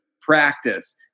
practice